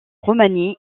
roumanie